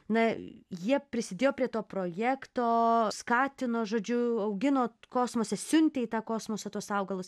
na jie prisidėjo prie to projekto skatino žodžiu augino kosmose siuntė į tą kosmose tuos augalus